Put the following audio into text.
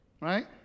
Right